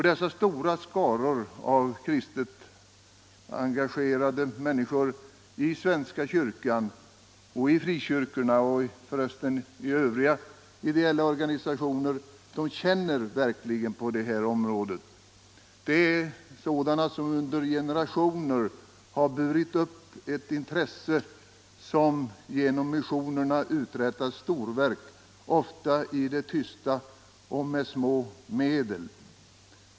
Dessa stora skaror av kristet engagerade människor — i svenska kyrkan, i frikyrkorna och även i övriga ideella organisationer — känner verkligen för detta. De är sådana som under generationer har burit upp ett intresse och som genom missionen uträttat storverk, ofta i det tysta och med små medel.